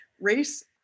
race